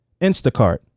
Instacart